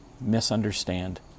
misunderstand